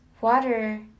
water